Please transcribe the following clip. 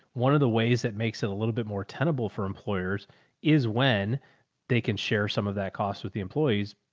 one of the ways that makes it a little bit more tenable for employers is when they can share some of that cost with the employees.